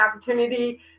opportunity